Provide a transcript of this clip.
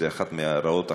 זו אחת הרעות החולות.